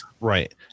right